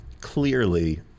clearly –